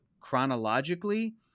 chronologically